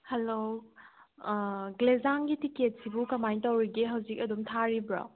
hello ꯒꯦꯜꯖꯥꯡꯒꯤ ꯇꯤꯀꯦꯠꯁꯤꯕꯨ ꯀꯃꯥꯏꯅ ꯇꯧꯔꯤꯒꯦ ꯍꯧꯖꯤꯛ ꯑꯗꯨꯝ ꯊꯥꯔꯤꯕ꯭ꯔꯣ